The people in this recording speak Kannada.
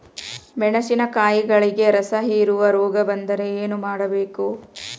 ಮೆಣಸಿನಕಾಯಿಗಳಿಗೆ ರಸಹೇರುವ ರೋಗ ಬಂದರೆ ಏನು ಮಾಡಬೇಕು?